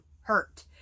hurt